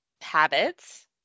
habits